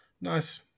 Nice